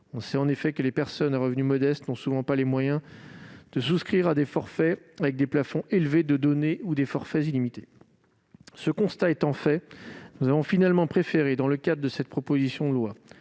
On sait, en effet, que ces personnes n'ont souvent pas les moyens de souscrire à des forfaits proposant des plafonds élevés de données ou à des forfaits illimités. Forts de ce constat, nous avons finalement préféré, dans le cadre de cette proposition de loi,